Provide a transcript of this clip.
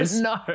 no